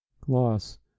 Gloss